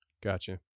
Gotcha